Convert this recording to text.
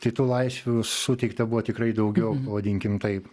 tai tų laisvių suteikta buvo tikrai daugiau pavadinkim taip